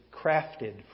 crafted